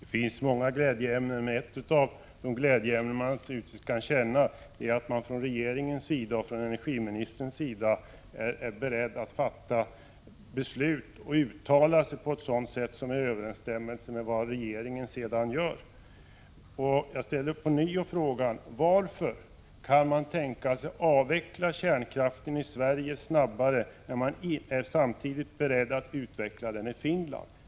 Fru talman! Det finns många glädjeämnen, men ett av dem skulle naturligtvis kunna vara att regeringens och energiministerns uttalanden stod i överensstämmelse med vad regeringen sedan gör. Jag ställer ånyo frågan: Varför kan man tänka sig att avveckla kärnkraften i Sverige snabbare än som är nödvändigt när man samtidigt att beredd att utveckla den i Finland?